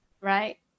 right